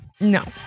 No